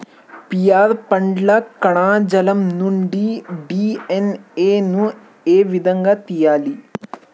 Pear పండ్ల కణజాలం నుండి డి.ఎన్.ఎ ను ఏ విధంగా తియ్యాలి?